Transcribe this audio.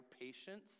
patience